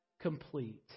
complete